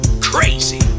Crazy